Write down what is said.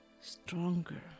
stronger